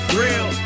real